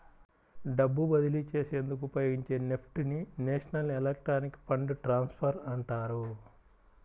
డబ్బు బదిలీ చేసేందుకు ఉపయోగించే నెఫ్ట్ ని నేషనల్ ఎలక్ట్రానిక్ ఫండ్ ట్రాన్స్ఫర్ అంటారు